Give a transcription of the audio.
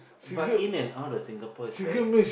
but in and out of Singapore is when